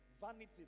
Vanity